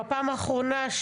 בפעם האחרונה,